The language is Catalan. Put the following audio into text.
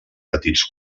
petits